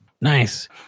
Nice